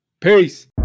Peace